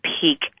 peak